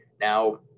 now